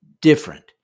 different